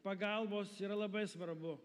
pagalbos yra labai svarbu